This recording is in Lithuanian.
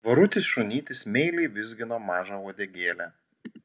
švarutis šunytis meiliai vizgino mažą uodegėlę